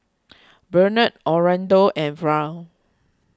Bennett Orlando and Verl